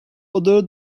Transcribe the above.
other